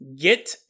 Get